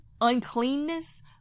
uncleanness